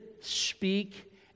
speak